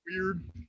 weird